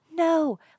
no